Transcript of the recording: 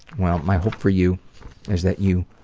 well, my hope for you is that you